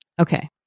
Okay